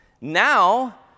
now